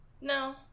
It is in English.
No